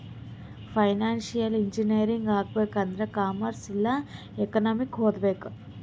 financial engineering ಆಗ್ಬೇಕ್ ಆಂದುರ್ commerce ಇಲ್ಲಾ ಎಕನಾಮಿಕ್ ಓದ್ಬೇಕ್